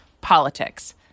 politics